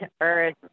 earth